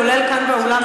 כולל כאן באולם,